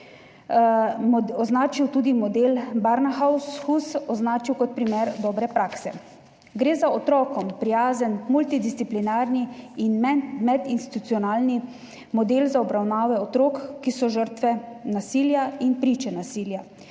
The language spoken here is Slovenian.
označil model Barnahus kot primer dobre prakse. Gre za otrokom prijazen multidisciplinarni in medinstitucionalni model za obravnavo otrok, ki so žrtve nasilja in priče nasilja.